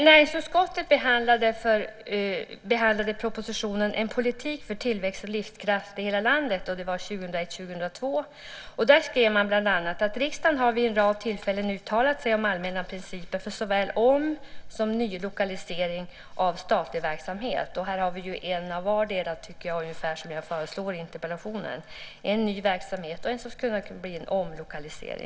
Näringsutskottet behandlade propositionen En politik för tillväxt och livskraft i hela landet 2001/02. Man skrev bland annat: "Riksdagen har vid en rad tillfällen uttalat sig om allmänna principer för såväl om som nylokalisering av statlig verksamhet m.m." Och här har vi en av var tycker jag, ungefär som jag föreslår i interpellationen - en ny verksamhet och en som skulle kunna omlokaliseras.